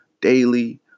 daily